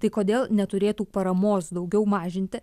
tai kodėl neturėtų paramos daugiau mažinti